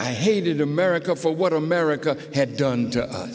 i hated america for what america had done